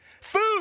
Food